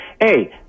Hey